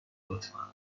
لطفا